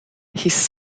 his